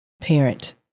parent